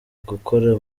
gukora